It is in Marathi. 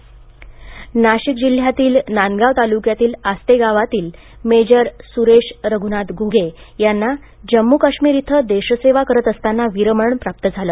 जवान शहीद नाशिक जिल्ह्यातील नांदगाव तालुक्यातील आस्ते गावातील मेजर सुरेश रघुनाथ घुरो यांना जम्मू काश्मीर येथे देशसेवा करत असताना वीरमरण प्राप्त झाले